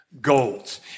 goals